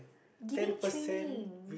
giving training